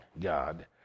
God